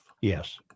Yes